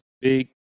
Big